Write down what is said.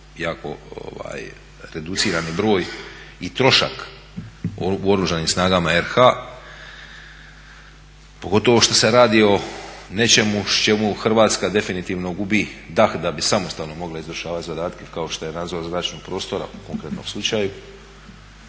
jako reducirani broj i trošak u Oružanim snagama RH, pogotovo što se radi o nečemu s čemu Hrvatska definitivno gubi dah da bi samostalno mogla izvršavati zadatke kao što je nadzor zračnog prostora u konkretnom slučaju